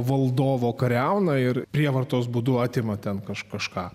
valdovo kariauna ir prievartos būdu atima ten kažką